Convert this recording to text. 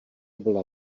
byla